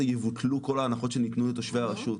יבוטלו כל ההנחות שניתנו לתושבי הרשות.